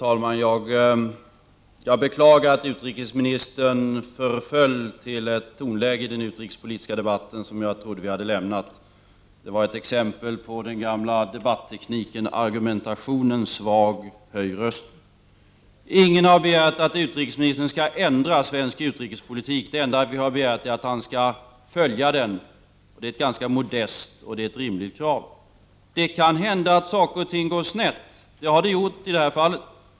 Herr talman! Jag beklagar att utrikesministern förföll till ett tonläge i den utrikespolitiska debatten som jag trodde att vi hade lämnat. Det var ett exempel på den gamla debattekniken: argumentationen svag, höj rösten. Ingen har begärt att utrikesministern skall ändra svensk utrikespolitik. Det enda vi har begärt är att utrikesministern skall följa den, vilket är ett ganska modest och rimligt krav. Det kan hända att saker och ting går snett. Det har det gjort i detta fall.